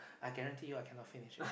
I guarantee you I cannot finish it